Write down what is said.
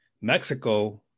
Mexico